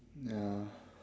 ya